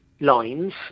lines